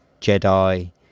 Jedi